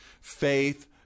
Faith